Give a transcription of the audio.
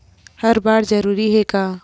हर बार जरूरी हे का?